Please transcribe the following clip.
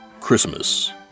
Christmas